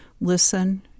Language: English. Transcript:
listen